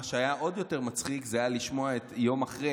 מה שהיה עוד יותר מצחיק היה לשמוע יום אחרי